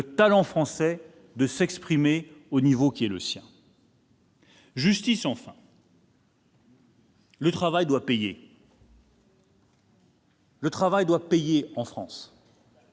le talent français de s'exprimer au niveau qui est le sien ! La justice, enfin, car le travail doit payer. Le travail doit payer en France